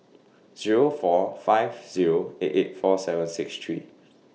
Zero four five Zero eight eight four seven six three